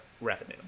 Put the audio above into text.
revenue